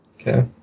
Okay